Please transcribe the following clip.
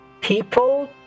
people